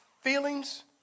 Feelings